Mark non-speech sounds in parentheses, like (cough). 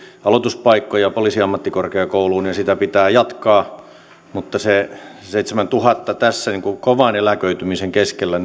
aloituspaikkoja poliisiammattikorkeakouluun ja sitä pitää jatkaa se seitsemässätuhannessa tässä kovan eläköitymisen keskellä (unintelligible)